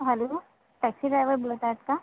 hello taxi driver बोलत आहेत का